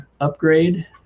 upgrade